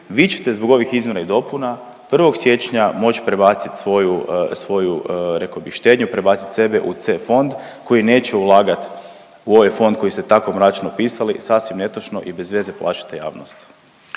vi ćete zbog ovih izmjena i dopuna 1. siječnja moć prebacit svoju reko bi štednju, prebacit sebe u C fond koji neće ulagat u ovaj fond koji ste mračno opisali. Sasvim netočno i bezveze plašite javnost.